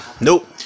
nope